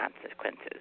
consequences